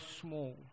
small